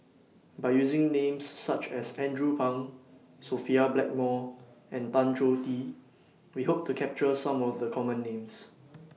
By using Names such as Andrew Phang Sophia Blackmore and Tan Choh Tee We Hope to capture Some of The Common Names